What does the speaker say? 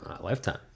lifetime